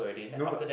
no lah